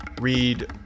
read